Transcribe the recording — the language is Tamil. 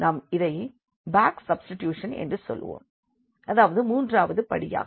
நாம் இதை பேக் சப்ஸ்டிடியூஷன் என்று சொல்வோம் அதாவது மூன்றாவது படியாகும்